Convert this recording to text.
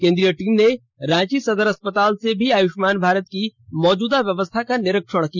केंद्रीय टीम ने रांची सदर अस्पताल में भी आयुष्मान भारत की मौजूदा व्यवस्था का निरीक्षण किया